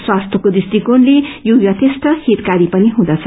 स्वास्थ्यको दृष्टिकोणले यो यवेष्ट हितकारी पनि हुँदछ